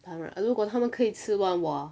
如果他们可以吃完哇